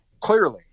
clearly